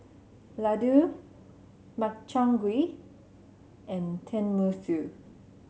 Ladoo Makchang Gui and Tenmusu